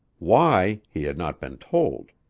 why, he had not been told.